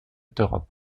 d’europe